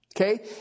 okay